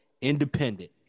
Independent